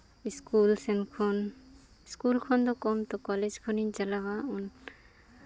school ᱥᱮᱱ ᱠᱷᱚᱱ school ᱠᱷᱚᱱ ᱫᱚ ᱠᱚᱢ ᱛᱚ ᱠᱚᱞᱮᱡᱽ ᱠᱷᱚᱱᱤᱧ ᱪᱟᱞᱟᱣᱟ